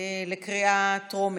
בקריאה טרומית,